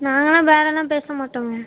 நாங்களாம் பேரம்லாம் பேசமாட்டோம்க